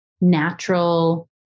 natural